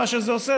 מה שזה עושה,